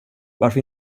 varför